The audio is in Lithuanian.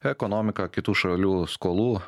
ekonomiką kitų šalių skolų